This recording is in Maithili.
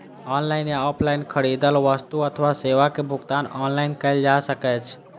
ऑनलाइन या ऑफलाइन खरीदल वस्तु अथवा सेवा के भुगतान ऑनलाइन कैल जा सकैछ